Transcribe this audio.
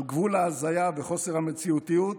על גבול ההזיה וחוסר המציאותיות.